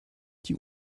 die